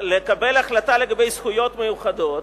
לקבל החלטה לגבי זכויות מיוחדות,